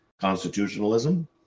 constitutionalism